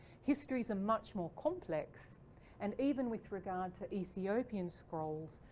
histories are much more complex and even with regard to ethiopian scrolls,